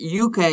UK